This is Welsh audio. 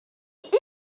munud